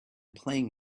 playing